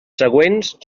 següents